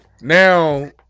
Now